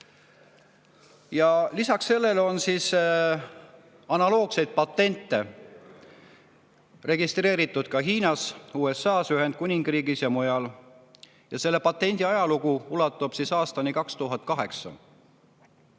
Lisaks sellele on analoogseid patente registreeritud ka Hiinas, USA‑s, Ühendkuningriigis ja mujal. Ja selle patendi ajalugu ulatub aastani 2008.